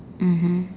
mmhmm